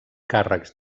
càrrecs